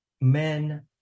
men